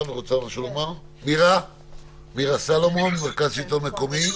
מירה סלומון, מרכז השלטון המקומי.